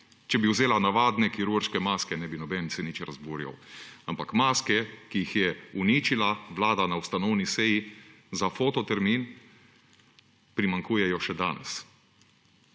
Če bi vzela navadne kirurške maske, ne bi noben se nič razburjal. Ampak maske, ki jih je uničila vlada na ustanovni seji za fototermin, primanjkujejo še danes.